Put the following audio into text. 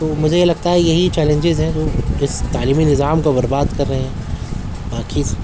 تو مجھے یہ لگتا ہے یہی چیلنجز ہیں جو اس تعلیمی نظام کو برباد کر رہے ہیں باقی اس